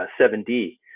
7D